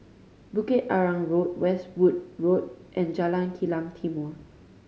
Bukit Arang Road Westwood Road and Jalan Kilang Timor